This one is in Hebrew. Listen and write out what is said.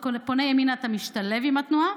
כשאתה פונה ימינה אתה משתלב עם התנועה,